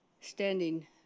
standing